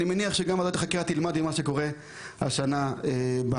ואני מניח שוועדת החקירה תלמד גם ממה שקורה השנה בהר.